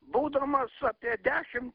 būdamas apie dešim